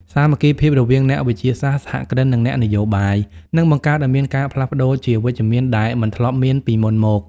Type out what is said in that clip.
សាមគ្គីភាពរវាងអ្នកវិទ្យាសាស្ត្រ សហគ្រិន និងអ្នកនយោបាយ នឹងបង្កើតឱ្យមានការផ្លាស់ប្តូរជាវិជ្ជមានដែលមិនធ្លាប់មានពីមុនមក។